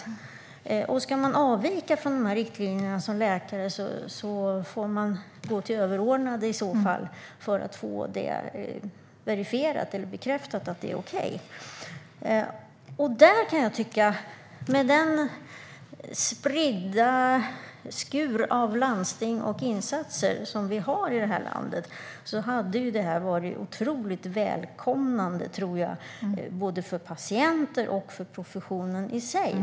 Ska man som läkare avvika från de riktlinjerna får man i så fall gå till överordnade för att få bekräftat att det är okej. Med den spridda skur av landsting och insatser som vi har i det här landet hade det varit otroligt välkommet både för patienter och för professionen i sig.